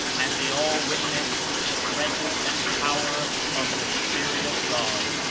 and they all witness the presence and power of the spirit of god.